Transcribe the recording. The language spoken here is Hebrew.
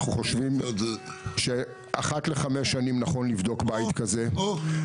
אנחנו חושבים שנכון לבדוק בית כזה אחת לחמש שנים.